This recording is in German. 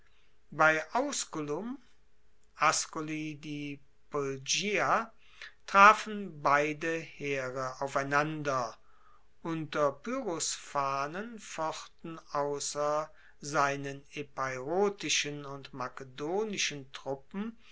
bei ausculum ascoli di puglia trafen beide heere aufeinander unter pyrrhos fahnen fochten ausser seinen epeirotischen und makedonischen truppen